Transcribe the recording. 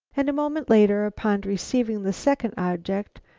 and a moment later, upon receiving the second object,